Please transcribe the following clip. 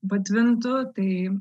patvintų tai